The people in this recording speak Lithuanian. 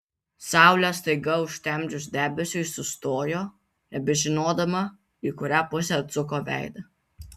saulę staiga užtemdžius debesiui sustojo nebežinodama į kurią pusę atsuko veidą